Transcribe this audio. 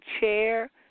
chair